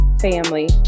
family